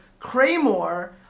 Craymore